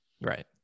right